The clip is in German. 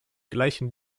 gleichen